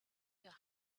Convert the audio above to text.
your